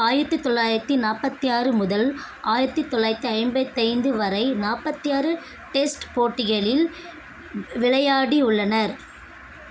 ஆயிரத்தி தொள்ளாயிரத்தி நாற்பத்தி ஆறு முதல் ஆயிரத்தி தொள்ளாயிரத்தி ஐம்பத்தைந்து வரை நாற்பத்தி ஆறு டெஸ்ட் போட்டிகளில் விளையாடியுள்ளனர்